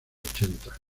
ochenta